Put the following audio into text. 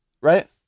right